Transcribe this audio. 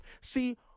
See